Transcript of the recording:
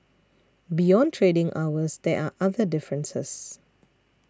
beyond trading hours there are other differences